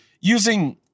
using